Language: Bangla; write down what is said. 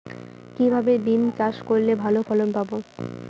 কিভাবে বিম চাষ করলে ভালো ফলন পাব?